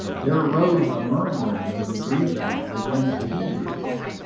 there arose a murmuring of the grecians against the hebrews,